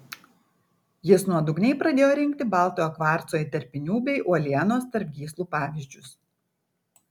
jis nuodugniai pradėjo rinkti baltojo kvarco įterpinių bei uolienos tarp gyslų pavyzdžius